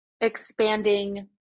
expanding